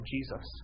Jesus